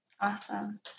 Awesome